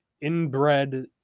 inbred